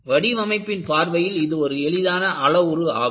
வடிவமைப்பின் பார்வையில் இது ஒரு எளிதான அளவுரு ஆகும்